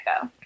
go